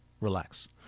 relax